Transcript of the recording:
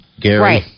Gary